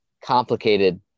complicated